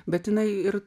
bet jinai ir